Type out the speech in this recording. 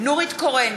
נורית קורן,